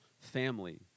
family